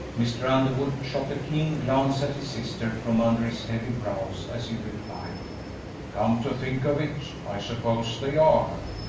mr. underwood shot a keen glance at his sister from under his heavy brows, as he replied come to think of it, i suppose they are,